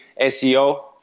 SEO